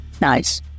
Nice